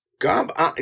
God